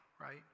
right